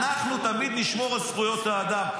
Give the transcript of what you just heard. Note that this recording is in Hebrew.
אנחנו תמיד נשמור על זכויות האדם,